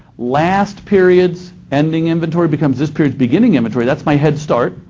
last period's ending inventory becomes this period's beginning inventory. that's my head start.